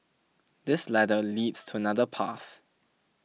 this ladder leads to another path